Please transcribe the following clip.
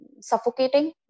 suffocating